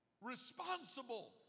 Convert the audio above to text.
responsible